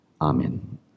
Amen